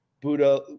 Buddha